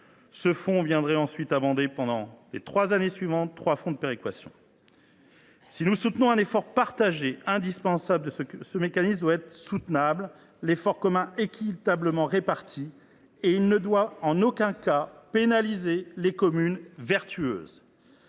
Ce fonds permettra d’abonder, pendant les trois années suivantes, trois fonds de péréquation. Si nous soutenons un effort partagé et indispensable, ce mécanisme doit être soutenable et l’effort commun, équitablement réparti. En aucun cas cet effort ne doit pénaliser les communes vertueuses.